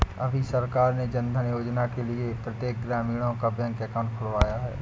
अभी सरकार ने जनधन योजना के लिए प्रत्येक ग्रामीणों का बैंक अकाउंट खुलवाया है